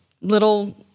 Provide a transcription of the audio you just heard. little